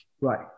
Right